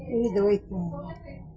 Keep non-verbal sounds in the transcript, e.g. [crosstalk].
[unintelligible]